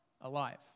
alive